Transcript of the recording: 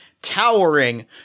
towering